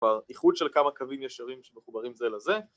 ‫כבר איחוד של כמה קווים ישרים ‫שמחוברים זה לזה.